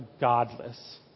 godless